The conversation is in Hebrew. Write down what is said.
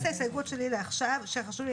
ההסתייגות אומרת ככה: "ובלבד שכלל החיילים